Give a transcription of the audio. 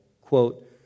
quote